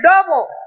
double